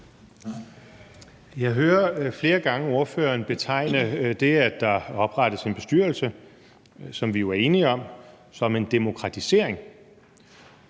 Jeg hører flere gange ordføreren betegne det, at der skal oprettes en bestyrelse – hvilket vi jo er enige om – som en demokratisering.